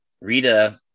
Rita